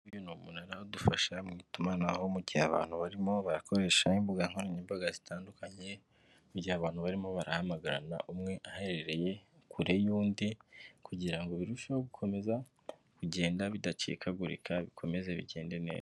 Uyu ni umuntu udufasha mu itumanaho, mu gihe abantu barimo bakoresha imbuga nkoranyambaga zitandukanye, mu gihe abantu barimo barahamagarana umwe aherereye kure yundi, kugira ngo birusheho gukomeza kugenda bidacikagurika bikomeze bigende neza.